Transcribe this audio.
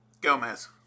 Gomez